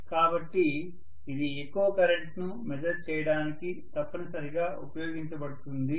కాబట్టి ఇది ఎక్కువ కరెంట్ను మెజర్ చేయడానికి తప్పనిసరిగా ఉపయోగించబడుతుంది